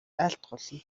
айлтгуулна